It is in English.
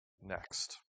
next